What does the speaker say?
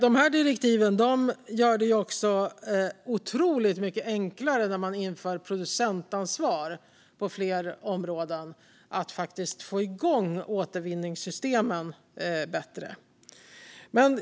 Dessa direktiv gör det otroligt mycket enklare när man inför producentansvar på fler områden att få igång återvinningssystemen på ett bättre sätt.